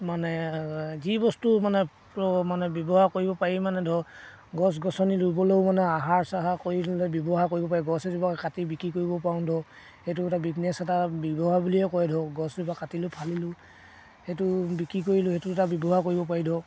মানে যি বস্তু মানে মানে ব্যৱহাৰ কৰিব পাৰি মানে ধৰক গছ গছনি ৰুবলৈও মানে আহাৰ চাহাৰ কৰি ল'লে ব্যৱহাৰ কৰিব পাৰি গছ এজোপা কাটি বিক্ৰী কৰিব পাৰোঁ ধৰক সেইটো এটা বিজনেছ এটা ব্যৱহাৰ বুলিয়ে কয় ধৰক গছ এজোপা কাটিলোঁ ফালিলোঁ সেইটো বিক্ৰী কৰিলোঁ সেইটো এটা ব্যৱহাৰ কৰিব পাৰি ধৰক